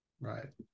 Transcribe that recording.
right